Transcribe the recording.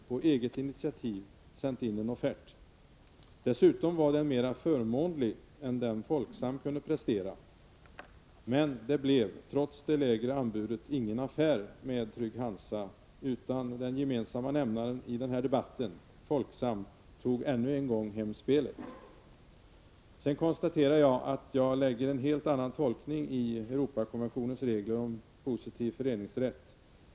på eget initiativ sänt in en offert. Dessutom var den mer förmånlig än den Folksam kunde prestera. Men det blev — trots det lägre anbudet — ingen affär med Trygg-Hansa, utan den gemensamma nämnaren i den här debatten, Folksam, tog ännu en gång hem spelet. Sedan konstaterar jag att jag gör en helt annan tolkning av Europakonventionens regler om positiv föreningsrätt än Lennart Pettersson gör.